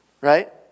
right